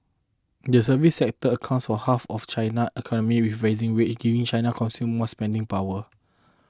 the service sector accounts all half of China economy with rising wage giving China consumers more spending power